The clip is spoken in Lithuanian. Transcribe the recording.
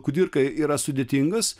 kudirkai yra sudėtingas